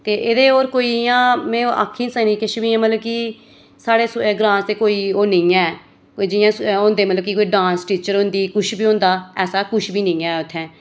ते एह्दे होर कोई इ'यां में आक्खी निं सकदी किश बी मतलब कि साढ़े ग्रांऽ च ते कोई ओह् निं ऐ जि'यां ओह् होंदे मतलब कि कोई डांस टीचर होंदे किश बी होंदा ऐसा ऐसा किश बी निं ऐ उत्थै